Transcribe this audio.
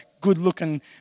good-looking